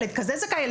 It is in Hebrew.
ילד כזה זכאי.